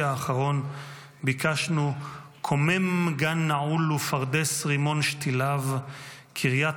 האחרון ביקשנו "קומם גן נעול ופרדס רימון שתיליו / קריית